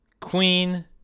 Queen